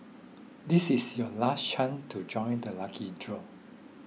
this is your last chance to join the lucky draw